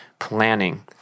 Planning